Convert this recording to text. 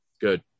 good